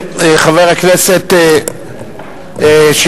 חבר הכנסת שטרית,